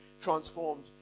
transformed